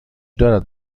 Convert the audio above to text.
دارد